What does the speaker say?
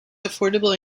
affordable